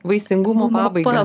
vaisingumo pabaigai